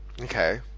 okay